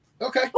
Okay